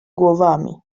głowami